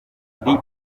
ndi